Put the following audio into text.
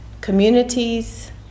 communities